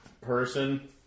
Person